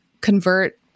convert